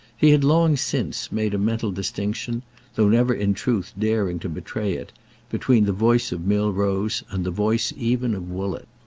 he had long since made a mental distinction though never in truth daring to betray it between the voice of milrose and the voice even of woollett.